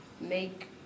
make